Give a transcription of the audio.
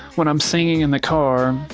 when i'm singing in the car,